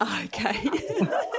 Okay